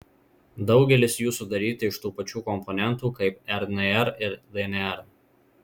daugelis jų sudaryti iš tų pačių komponentų kaip rnr ir dnr